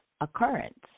occurrence